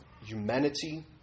humanity